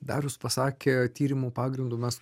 darius pasakė tyrimų pagrindu mes